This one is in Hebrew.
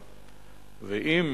ואם,